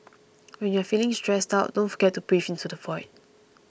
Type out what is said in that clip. when you are feeling stressed out don't forget to breathe into the void